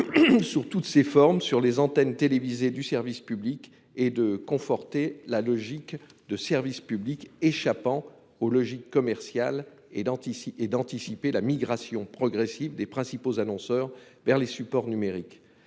Sur toutes ses formes sur les antennes télévisées du service public et de conforter la logique de service public échappant aux logiques commerciales et d'anti-ici et d'anticiper la migration progressive des principaux annonceurs vers les supports numériques.